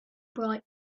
bright